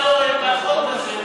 שנה שלמה, אורן, בחוק הזה.